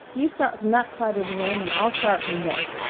you start from that side of the room and i'll start from this.